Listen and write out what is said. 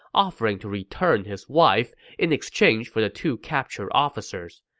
offering to return his wife in exchange for the two captured officers.